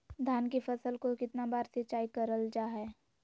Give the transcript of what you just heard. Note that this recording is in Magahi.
धान की फ़सल को कितना बार सिंचाई करल जा हाय?